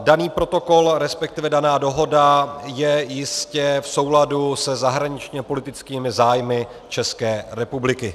Daný protokol, resp. daná dohoda je jistě v souladu se zahraničněpolitickými zájmy České republiky.